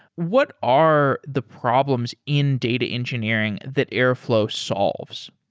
what are the problems in data engineering that airflow solves?